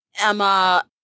Emma